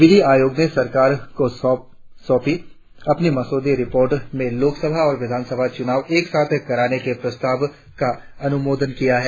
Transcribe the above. विधि आयोग ने सरकार को सौंपी अपनी मसौदे रिपोर्ट में लोकसभा और विधानसभा चुनाव एक साथ कराने के प्रस्ताव का अनुमोदन किया है